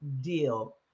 deal